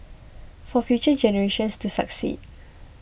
for future generations to succeed